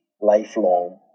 lifelong